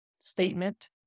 statement